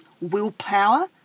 willpower